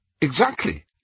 Exactly